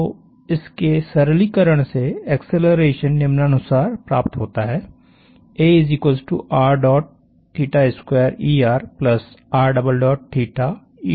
तो इसके सरलीकरण से एक्सेलरेशन निम्नानुसार प्राप्त होता है